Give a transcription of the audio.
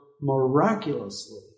miraculously